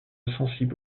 sensible